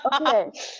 Okay